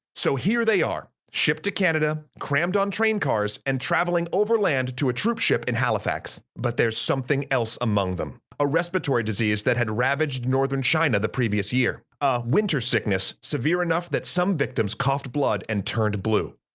so here they are, shipped to canada, crammed on train cars, and traveling overland to a troop ship in halifax. but there's something else among them. a respiratory disease that had ravaged northern china the previous year. a winter sickness severe enough that some victims coughed blood and turned blue.